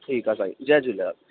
ठीकु आहे साईं जय झूलेलाल